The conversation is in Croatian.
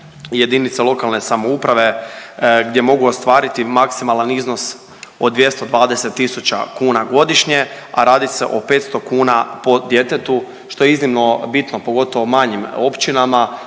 jedinice lokalne samouprave gdje mogu ostvariti maksimalan iznos od 220 tisuća kuna godišnje, a radi se o 500 kuna po djetetu što je iznimno bitno, pogotovo manjim općinama